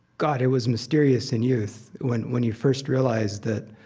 god it was mysterious in youth when when you first realized that